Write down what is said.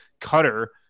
cutter